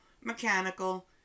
mechanical